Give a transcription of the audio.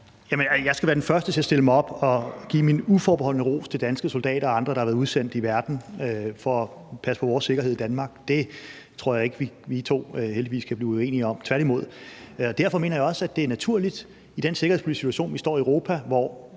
Jeg skal være den første til at stille mig op og give min uforbeholdne ros til danske soldater og andre, der har været udsendt i verden for at passe på vores sikkerhed i Danmark. Det tror jeg heldigvis ikke vi to kan blive uenige om, tværtimod. Derfor mener jeg også, det er naturligt, at vi i den sikkerhedspolitiske situation, vi står i i Europa, hvor